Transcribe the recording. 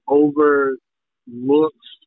overlooks